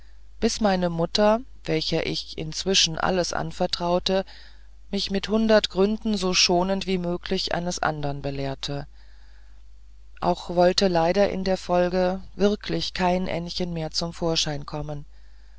bis meine mutter welcher ich inzwischen alles anvertraute mich mit hundert gründen so schonend wie möglich eines andern belehrte auch wollte leider in der folge wirklich kein ännchen mehr zum vorschein kommen